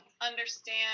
Understand